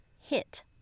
hit